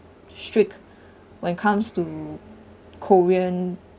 strict when it comes to korean